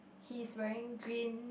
he is wearing green